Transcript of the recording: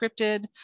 scripted